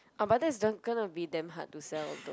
ah but that's gonna be damn hard to sell though